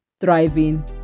thriving